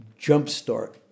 jumpstart